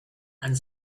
and